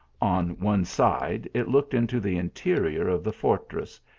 on one side it looked into the interior of the fortress,